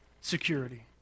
security